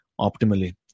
optimally